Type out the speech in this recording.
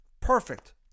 Perfect